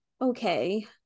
okay